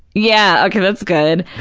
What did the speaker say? yeah, okay, that's good.